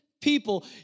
people